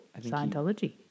Scientology